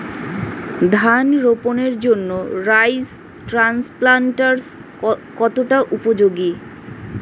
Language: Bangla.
ধান রোপণের জন্য রাইস ট্রান্সপ্লান্টারস্ কতটা উপযোগী?